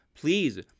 please